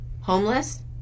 homeless